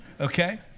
okay